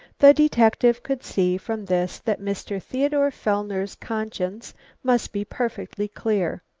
the detective could see from this that mr. theodore fellner's conscience must be perfectly clear.